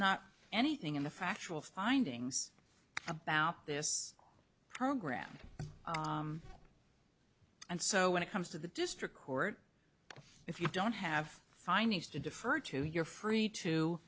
not anything in the factual findings about this program and so when it comes to the district court if you don't have finals to defer to you're free